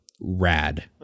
rad